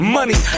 Money